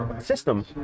system